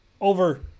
over